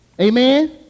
Amen